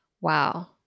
Wow